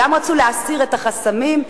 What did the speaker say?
החסמים,